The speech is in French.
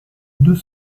deux